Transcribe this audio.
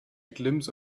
glimpse